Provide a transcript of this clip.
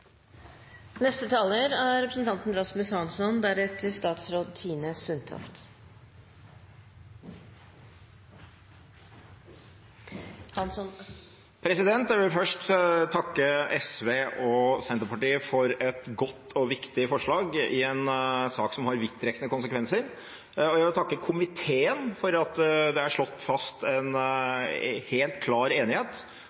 Jeg vil først takke SV og Senterpartiet for et godt og viktig forslag i en sak som har vidtrekkende konsekvenser, og jeg vil takke komiteen for at den har slått fast en helt klar enighet